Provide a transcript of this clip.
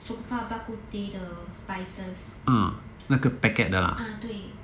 song fa bak kut teh the spices 啊对